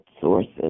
sources